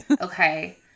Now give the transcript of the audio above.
okay